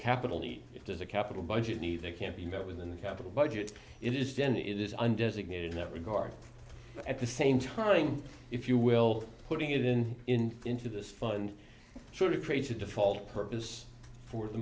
capital need if there's a capital budget need that can't be met with in the capital budget it is then it is undesignated in that regard at the same time if you will putting it in in into this fund sort of creates a default purpose for the